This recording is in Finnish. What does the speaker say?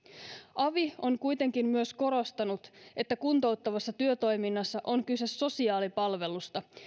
avi on kuitenkin myös korostanut että kuntouttavassa työtoiminnassa on kyse sosiaalipalvelusta